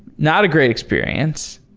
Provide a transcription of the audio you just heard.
not a great experience.